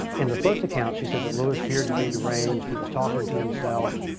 in the first account, she said that lewis appeared to be deranged, he was talking to himself.